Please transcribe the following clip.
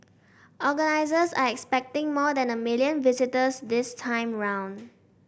organisers are expecting more than a million visitors this time round